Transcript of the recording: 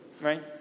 Right